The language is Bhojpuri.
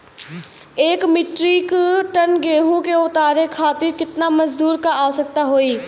एक मिट्रीक टन गेहूँ के उतारे खातीर कितना मजदूर क आवश्यकता होई?